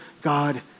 God